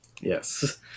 Yes